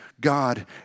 God